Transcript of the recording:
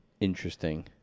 Interesting